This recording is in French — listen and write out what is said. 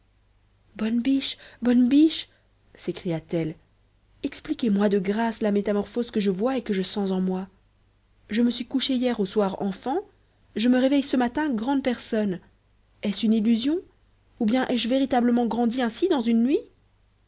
bonne biche bonne biche s'écria-t-elle expliquez-moi de grâce la métamorphose que je vois et que je sens en moi je me suis couchée hier au soir enfant je me réveille ce matin grande personne est-ce une illusion ou bien ai-je véritablement grandi ainsi dans une nuit